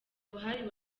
buhari